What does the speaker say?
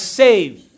saved